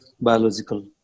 biological